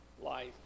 life